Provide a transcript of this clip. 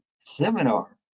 seminar